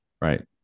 Right